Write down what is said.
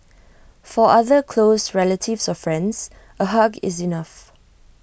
for other close relatives or friends A hug is enough